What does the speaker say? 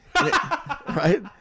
right